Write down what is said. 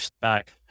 back